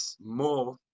more